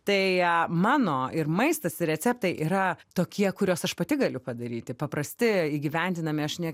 tai mano ir maistas ir receptai yra tokie kuriuos aš pati galiu padaryti paprasti įgyvendinami aš ne